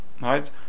right